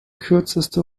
kürzeste